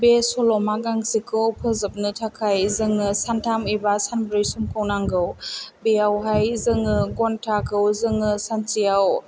बे सल'मा गांसेखौ फोजोबनो थाखाय जोंनो सानथाम एबा सानब्रै समखौ नांगौ बेयावहाय जोङो घन्टाखौ जोंनो सानसेयाव